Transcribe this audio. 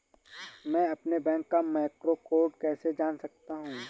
मैं अपने बैंक का मैक्रो कोड कैसे जान सकता हूँ?